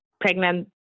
pregnant